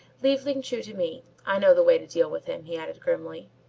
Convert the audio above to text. leave ling chu to me, i know the way to deal with him, he added grimly.